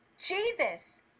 Jesus